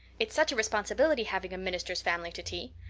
it's such a responsibility having a minister's family to tea.